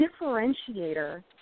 differentiator